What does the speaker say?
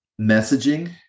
messaging